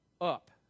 up